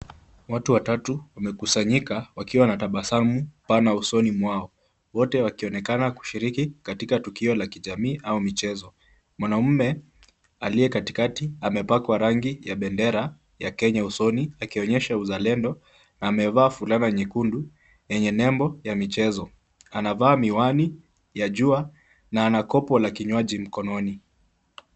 Watu watatu wamekusanyika wakiwa na tabasamu pana usoni mwao wote wakionekana kushiriki katika tukio la kijamii au michezo. Mwanaume aliye katikati amepakwa rangi ya bendera ya Kenya usoni akionyesha uzalendo na amevaa fulana nyekundu yenye nembo ya mchezo. Anavaa miwani ya jua na ana kopo la kinywaji mkononi.